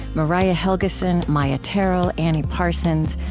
mariah helgeson, maia tarrell, annie parsons,